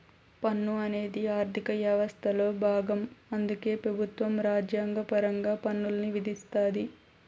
పన్ను అనేది ఆర్థిక యవస్థలో బాగం అందుకే పెబుత్వం రాజ్యాంగపరంగా పన్నుల్ని విధిస్తాది